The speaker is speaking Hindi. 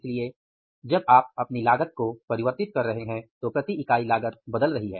इसलिए जब आप अपनी लागत को परिवर्तित कर रहे हैं तो प्रति इकाई लागत बदल रही है